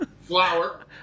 Flour